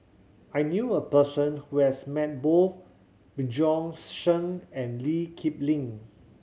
I knew a person who has met both Bjorn Shen and Lee Kip Lin